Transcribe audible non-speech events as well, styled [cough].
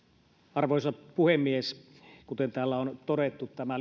arvoisa puhemies kuten täällä on todettu tämä [unintelligible]